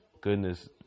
goodness